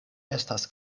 estas